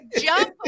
jump